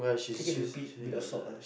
take it with a bit bit of salt ah